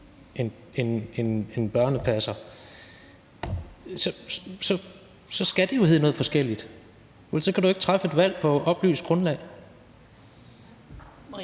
en børnepasser, så skal de jo hedde noget forskelligt, for ellers kan man ikke træffe et valg på et oplyst grundlag.